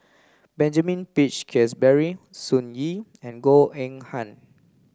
Benjamin Peach Keasberry Sun Yee and Goh Eng Han